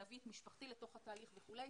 להביא את משפחתי לתוך התהליך וכולי.